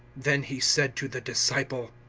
then he said to the disciple,